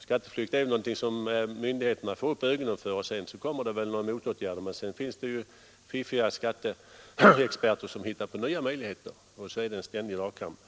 Skatteflykt är någonting som myndigheterna får upp ögonen för och därefter sätter man in en motåtgärd. Men då finns det fiffiga skatteexperter som hittar på nya möjligheter till skatteflykt, och så blir det en ständig dragkamp.